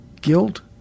guilt